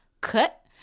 cut